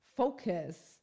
focus